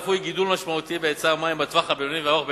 צפוי גידול משמעותי בהיצע המים בטווח הבינוני ובטווח הארוך,